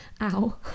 ow